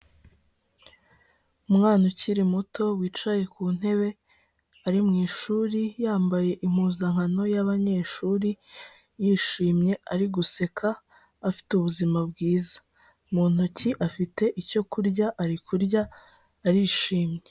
Umwana ukiri muto wicaye ku ntebe ari mu ishuri yambaye impuzankano y'abanyeshuri yishimye ari guseka, afite ubuzima bwiza. Mu ntoki afite icyo kurya, ari kurya, arishimye.